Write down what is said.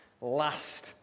last